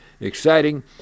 exciting